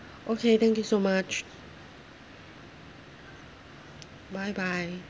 okay thank you so much bye bye